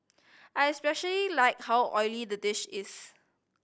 I especially like how oily the dish is